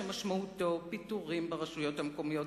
שמשמעותו פיטורים ברשויות המקומיות,